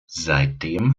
seitdem